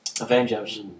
Avengers